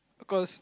cause